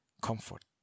comfort